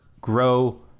grow